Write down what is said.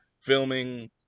filming